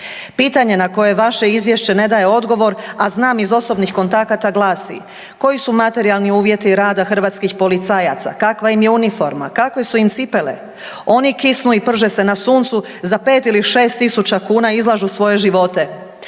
Pitanje na koje vaše izvješće ne daje odgovor, a znam iz osobnih kontakata glasi: koji su materijalni uvjeti rada hrvatskih policajaca? Kakva im je uniforma? Kakve su im cipele? Oni kisnu i prže se na suncu. Za 5 ili 6 tisuća kuna izlažu svoje živote.